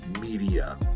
media